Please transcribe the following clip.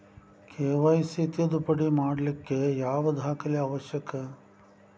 KYC ತಿದ್ದುಪಡಿ ಮಾಡ್ಲಿಕ್ಕೆ ಯಾವ ದಾಖಲೆ ಅವಶ್ಯಕ?